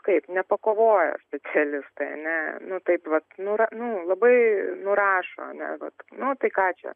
kaip nepakovoja specialistai a ne taip vat nu ra labai nurašo ar ne vat nu tai ką čia